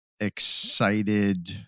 excited